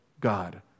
God